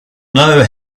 know